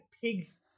pigs